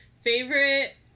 favorite